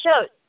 shows